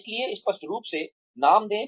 इसलिए स्पष्ट रूप से नाम दें